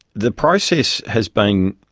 the process has been,